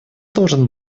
должен